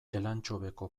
elantxobeko